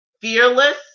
fearless